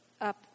up